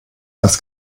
das